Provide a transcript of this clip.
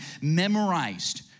memorized